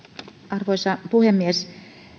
arvoisa puhemies